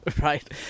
right